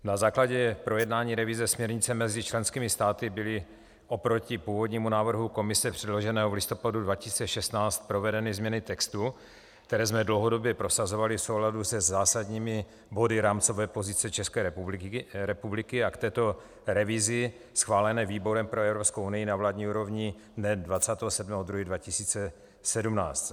Na základě projednání revize směrnice mezi členskými státy byly oproti původnímu návrhu Komise předloženému v listopadu 2016 provedeny změny textu, které jsme dlouhodobě prosazovali v souladu se zásadními body rámcové pozice České republiky a k této revizi schválené výborem pro Evropskou unii na vládní úrovni dne 27. 2. 2017.